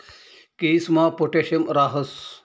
केयीसमा पोटॅशियम राहस